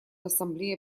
ассамблея